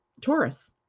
Taurus